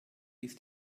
ist